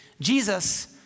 Jesus